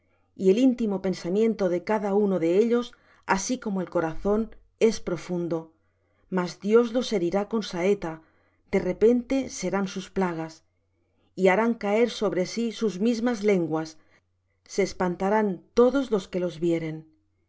y el íntimo pensamiento de cada uno de ellos así como el corazón es profundo mas dios los herirá con saeta de repente serán sus plagas y harán caer sobre sí sus mismas lenguas se espantarán todos los que los vieren